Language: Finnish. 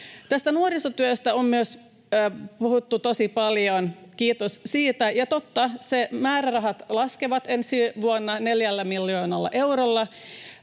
Myös nuorisotyöstä on puhuttu tosi paljon, kiitos siitä. Ja totta, sen määrärahat laskevat ensi vuonna neljällä miljoonalla eurolla.